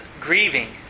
grieving